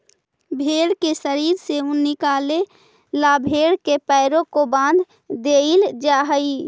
भेंड़ के शरीर से ऊन निकाले ला भेड़ के पैरों को बाँध देईल जा हई